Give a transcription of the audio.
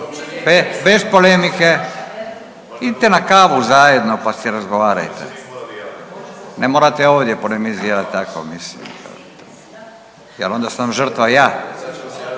Bez polemike. Idite na kavu zajedno pa se razgovarajte. Ne morate ovdje polemizirati tako, mislim jer onda sam žrtva ja.